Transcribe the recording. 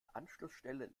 anschlussstelle